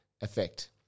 Effect